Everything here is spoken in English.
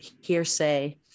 hearsay